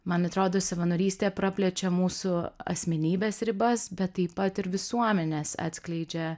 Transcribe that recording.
man atrodo savanorystė praplečia mūsų asmenybės ribas bet taip pat ir visuomenės atskleidžia